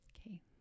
Okay